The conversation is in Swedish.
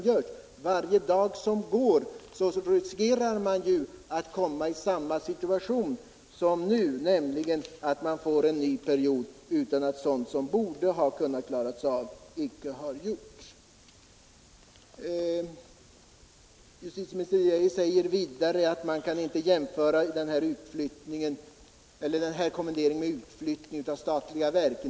För varje dag som går blir risken större att man hamnar i samma situation som nu, och att man får en ny period utan att sådant som kunde ha klarats av har blivit klart. Justitieminister Geijer anför vidare att man inte kan jämföra denna kommendering med utflyttning av statliga verk.